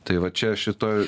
tai va čia šito